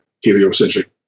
heliocentric